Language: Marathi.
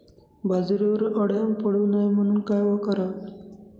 बाजरीवर अळ्या पडू नये म्हणून काय करावे?